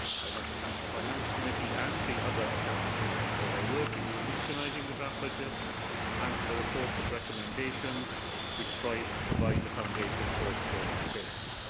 i'd like to thank the finance committee and the other assembly committees for their work in scrutinising the draft budget and for the reports and recommendations that provide provide the foundation for today's debate.